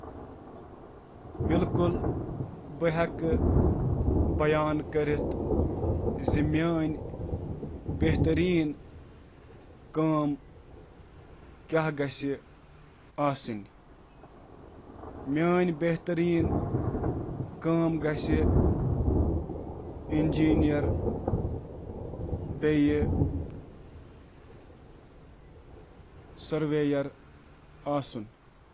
میٲنِس خوابس منٛز چھِ أکِس یِژھ کمپنی خٲطرٕ کٲم کرٕنۍ شٲمِل یوٚس پننہِ افرادی قوتُک احترام بہٕ چُھس یژھان أکِس یِتھِس ٹیمس پیٹھ کٲم کرُن یُس ہر قٕسمٕک پس منظرٕک لوٗکَن سۭتۍ متنوع آسہِ تاکہ أسۍ ہیٚکَو اکھ أکِس نِش ہیٚچھِتھ۔